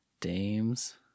dames